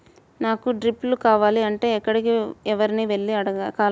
నాకు డ్రిప్లు కావాలి అంటే ఎక్కడికి, ఎవరిని వెళ్లి కలవాలి?